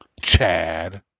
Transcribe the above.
Chad